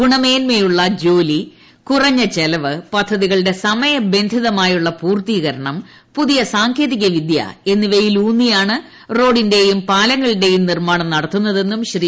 ഗുണമേന്മയുള്ള ജോലി കുറഞ്ഞ ചെലവ് പദ്ധതികളുടെ സമയ ബന്ധിതമായുള്ള പൂർത്തീകരണം പുതിയ സാങ്കേതിക വിദ്യ എന്നിവയിലൂന്നിയാണ് റോഡിന്റെയും പാലങ്ങളുടെയും നിർമ്മാണം നടത്തുന്നതെന്നും ശ്രീ